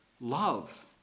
love